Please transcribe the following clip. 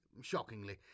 shockingly